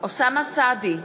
אוסאמה סעדי,